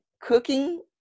cooking